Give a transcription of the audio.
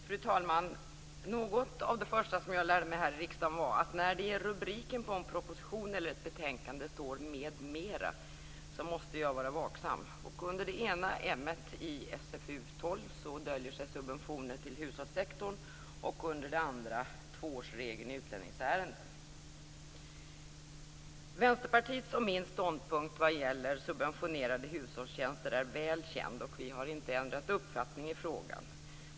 Fru talman! Något av det första som jag lärde mig i riksdagen var att när det i rubriken på en proposition eller betänkande står m.m. måste jag vara vaksam. Under det ena m:et i SfU12 döljer sig subventioner till hushållssektorn och under det andra m:et tvåårsregeln i utlänningsärenden. Vänsterpartiets och min ståndpunkt vad gäller subventionerade hushållstjänster är väl känd och vi har inte ändrat uppfattning i frågan.